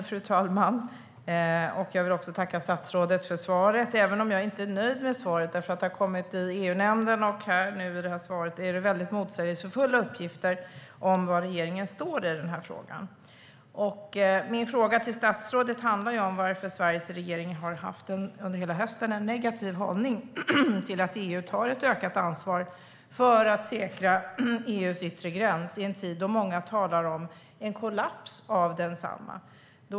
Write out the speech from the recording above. Fru talman! Jag vill tacka statsrådet för svaret, även om jag inte är nöjd med det. Det är nämligen motsägelsefulla uppgifter som har kommit i EU-nämnden och i det här svaret när det gäller var regeringen står i frågan. Min fråga till statsrådet handlar om varför Sveriges regering hela hösten har haft en negativ hållning till att EU tar ett ökat ansvar för att säkra EU:s yttre gräns i en tid då många talar om en kollaps av densamma.